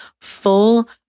full